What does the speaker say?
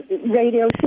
radio